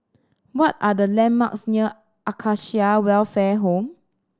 what are the landmarks near Acacia Welfare Home